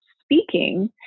speaking